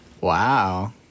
Wow